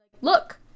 look